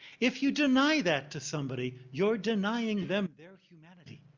if you deny that to somebody, you're denying them their humanity.